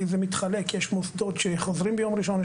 יש מוסדות שחוזרים ביום ראשון,